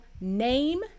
name